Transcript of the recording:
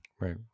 Right